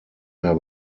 mehr